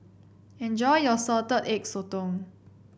enjoy your Salted Egg Sotong